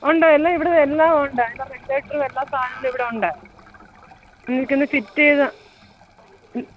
ഉണ്ട് എല്ലാം ഇവിടെ എല്ലാം ഉണ്ട് അതിന്റെ റെഗുലേറ്ററും എല്ലാ സാധനങ്ങളും ഇവിടെ ഉണ്ട് നിങ്ങൾക്കൊന്ന് ഫിറ്റ് ചെയ്ത് ത